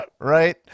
Right